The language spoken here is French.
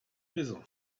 maison